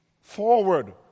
forward